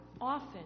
often